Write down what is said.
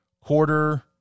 quarter